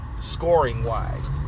scoring-wise